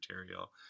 material